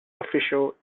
officials